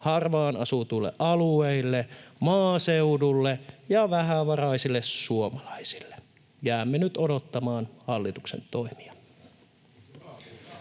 harvaan asutuille alueille, maaseudulle ja vähävaraisille suomalaisille. Jäämme nyt odottamaan hallituksen toimia.